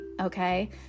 okay